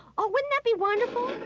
oh, wouldn't that be wonderful?